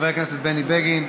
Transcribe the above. חבר הכנסת בני בגין,